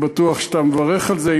אני בטוח שאתה מברך על זה,